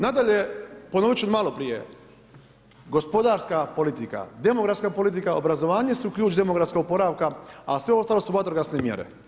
Nadalje, ponovit ću od maloprije, gospodarska politika, demografska politika, obrazovanje su ključ demografskog oporavka a sve ostalo su vatrogasne mjere.